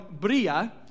Bria